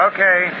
Okay